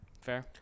Fair